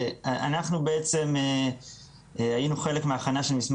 אנחנו בעצם היינו חלק מההכנה שלו,